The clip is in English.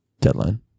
deadline